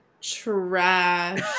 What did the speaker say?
Trash